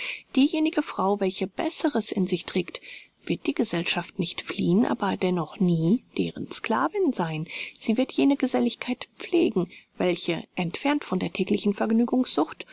diejenige frau welche besseres in sich trägt wird die gesellschaft nicht fliehen aber dennoch nie deren sclavin sein sie wird jene geselligkeit pflegen welche entfernt von der täglichen vergnügungssucht